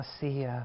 see